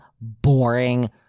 boring